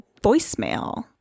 voicemail